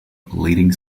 leading